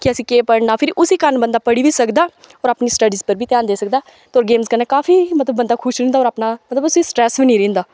कि असें केह् पढ़ना उसै कारन फ्ही बंदा पढ़ी बी सकदा और अपनी स्टडी पर बी ध्यान देई सकदा ते गेमस कन्नै बंदा खाफी खुश रैंह्दा और मतलव उसी स्टरैस्स बी नी रैंह्दा